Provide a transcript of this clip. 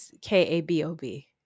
K-A-B-O-B